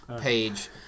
page